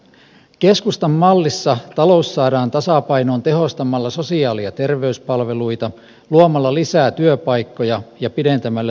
keskustan mallissa talous saadaan tasapainoon tehostamalla sosiaali ja terveyspalveluita luomalla lisää työpaikkoja ja pidentämällä työuria